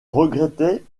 regrettait